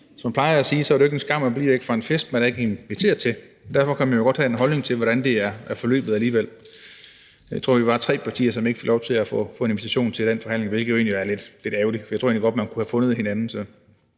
man plejer at sige, er det jo ikke en skam at blive væk fra en fest, man ikke er inviteret til. Men derfor kan man jo alligevel godt have en holdning til, hvordan det er forløbet. Jeg tror, at vi var tre partier, som ikke fik en invitation til den forhandling, hvilket egentlig er lidt ærgerligt, for jeg tror godt, man kunne have fundet hinanden.